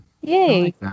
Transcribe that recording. Yay